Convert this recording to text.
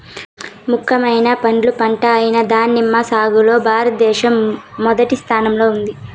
ముఖ్యమైన పండ్ల పంట అయిన దానిమ్మ సాగులో భారతదేశం మొదటి స్థానంలో ఉంది